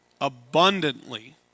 abundantly